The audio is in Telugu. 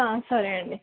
సరే అండి